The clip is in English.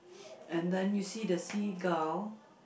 and then you see the seagull